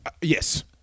Yes